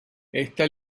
este